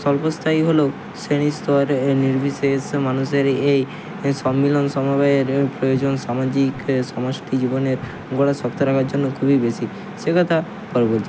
স্বল্প স্থায়ী হলেও শ্রেণি স্তরে নির্বিশেষ মানুষের এই এই সম্মিলন সমবায়ের প্রয়োজন সামাজিক সমষ্টি জীবনের গোঁড়া শক্ত রাখার জন্য খুবই বেশি সেকথা পরে বলছি